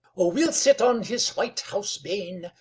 o we'll sit on his white hause bane,